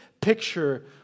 picture